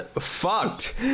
fucked